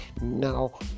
now